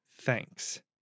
Thanks